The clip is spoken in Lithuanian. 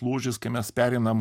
lūžis kai mes pereinam